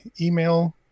email